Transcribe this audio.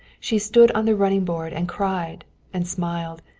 she stood on the running board and cried and smiled.